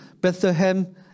Bethlehem